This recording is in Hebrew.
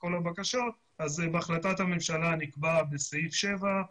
כל הבקשות אז בהחלט הממשלה נקבע בסעיף (7)